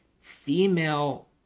female